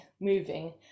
moving